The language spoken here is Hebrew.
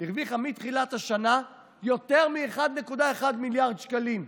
הרוויחה מתחילת השנה יותר מ-1.1 מיליארד שקלים,